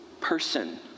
person